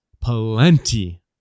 plenty